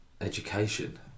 education